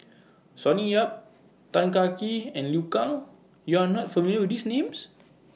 Sonny Yap Tan Kah Kee and Liu Kang YOU Are not familiar with These Names